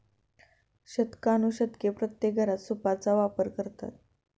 शतकानुशतके प्रत्येक घरात सूपचा वापर करतात